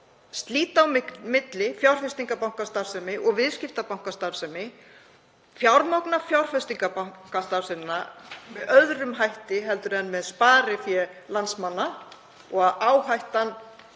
slíta á milli fjárfestingarbankastarfsemi og viðskiptabankastarfsemi, fjármagna fjárfestingarbankastarfsemina með öðrum hætti en með sparifé landsmanna og að áhættan